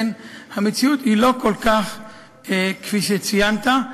המציאות היא לא כל כך כפי שציינת,